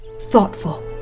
thoughtful